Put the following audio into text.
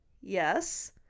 yes